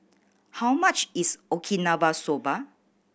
how much is Okinawa Soba